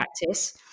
practice